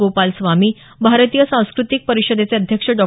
गोपाल स्वामी भारतीय सांस्कृतिक परिषदेचे अध्यक्ष डॉ